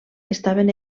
estaven